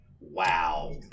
Wow